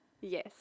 Yes